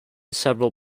several